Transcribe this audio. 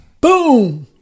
Boom